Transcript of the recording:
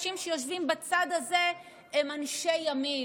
מהאנשים שיושבים בצד הזה הם אנשי ימין,